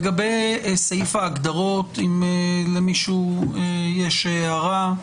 לגבי סעיף ההגדרות, האם למישהו יש הערה?